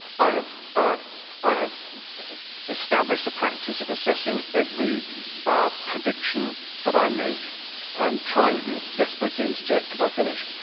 i have ah i have established the practice of assessing assessing every prediction that i make and trying, you're desperate to interject, could i finish?